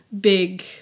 big